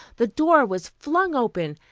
the door was flung open,